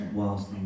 whilst